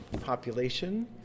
population